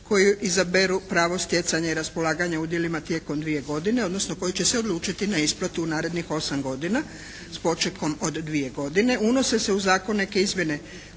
koji izaberu pravo stjecanja i raspolaganja udjelima tijekom dvije godine odnosno koji će se odlučiti na isplatu u narednih 8 godina s počekom od dvije godine. Unose se u zakon neke izmjene